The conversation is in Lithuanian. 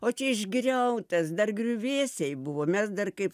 o čia išgriautas dar griuvėsiai buvo mes dar kaip